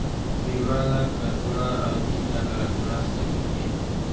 बीमा ल कतना अवधि तक रखना सही हे?